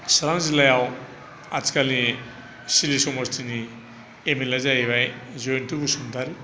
सिरां जिल्लायाव आथिखालनि सिदलि समस्थिनि एम एल ए आ जाहैबाय जयन्थ' बसुमतारि